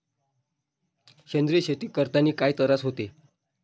सेंद्रिय शेती करतांनी काय तरास होते?